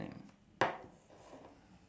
well the dog ah is it the dog